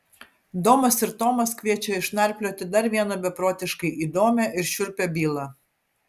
domas ir tomas kviečia išnarplioti dar vieną beprotiškai įdomią ir šiurpią bylą